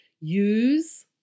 Use